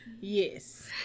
Yes